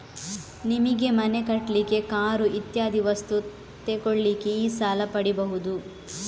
ನಿಮಿಗೆ ಮನೆ ಕಟ್ಲಿಕ್ಕೆ, ಕಾರು ಇತ್ಯಾದಿ ವಸ್ತು ತೆಗೊಳ್ಳಿಕ್ಕೆ ಈ ಸಾಲ ಪಡೀಬಹುದು